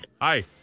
Hi